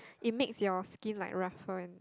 it makes your skin like rougher and